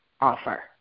offer